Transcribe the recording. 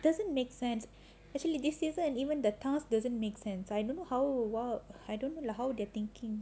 doesn't make sense actually this season and even the task doesn't make sense I don't know how wha~ I don't know like how they're thinking